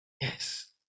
yes